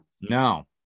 No